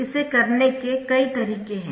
इसे करने के कई तरीके है